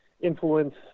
influence